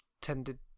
tended